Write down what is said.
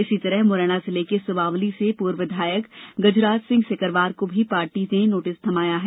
इसी तरह मुरैना जिले के सुमावली से पूर्व विधायक गजराज सिंह सिकरवार को भी पार्टी ने नोटिस थमाया है